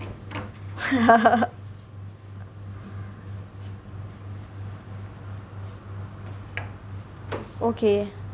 okay